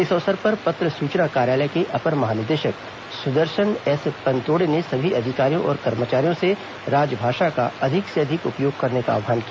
इस अवसर पर पत्र सूचना कार्यालय के अपर महानिदेशक सुदर्शनएस पनतोड़े ने सभी अधिकारियों और कर्मचारियों से राजभाषा का अधिक से अधिक उपयोग करने का आह्वान किया